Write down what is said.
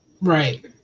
Right